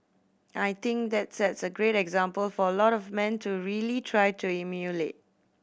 I think that sets a great example for a lot of men to really try to emulate